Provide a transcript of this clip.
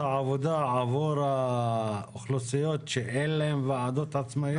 העבודה עבור האוכלוסיות שאין להן ועדות עצמאיות?